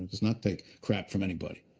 does not take crap from anybody.